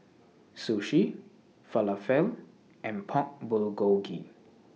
Sushi Falafel and Pork Bulgogi